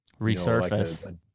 Resurface